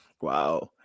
Wow